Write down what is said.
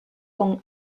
con